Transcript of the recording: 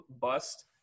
bust